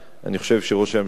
ואני חושב שראש הממשלה,